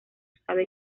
sabe